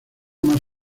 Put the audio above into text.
más